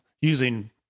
using